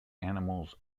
animals